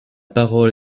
parole